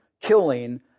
killing